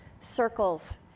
circles